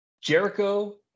jericho